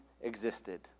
existed